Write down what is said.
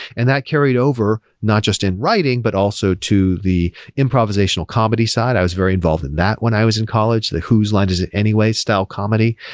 and that carried over not just in writing, but also to the improvisational comedy side. i was very involved in that when i was in college. the who's line is it anyway style comedy,